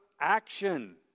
action